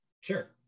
Sure